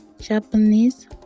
Japanese